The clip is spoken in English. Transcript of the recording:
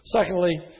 Secondly